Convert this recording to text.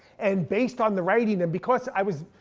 and based on the writing, and because i was,